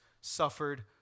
suffered